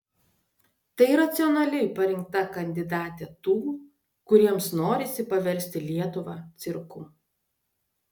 tai racionaliai parinkta kandidatė tų kuriems norisi paversti lietuvą cirku